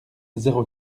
zéro